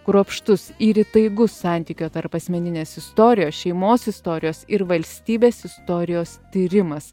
kruopštus ir įtaigus santykio tarp asmeninės istorijos šeimos istorijos ir valstybės istorijos tyrimas